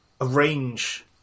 arrange